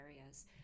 areas